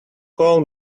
call